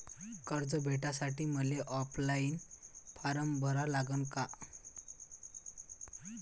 कर्ज भेटासाठी मले ऑफलाईन फारम भरा लागन का?